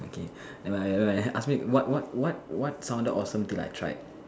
okay never mind never mind ask me what what what what sounded awesome till I tried